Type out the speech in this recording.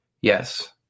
Yes